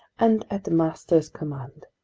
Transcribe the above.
and at master's command.